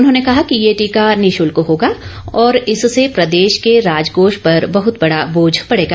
उन्होंने कहा कि ये टीका निःशुल्क होगा और इससे प्रदेश के राज कोष पर बहुत बड़ा बोझ पड़ेगा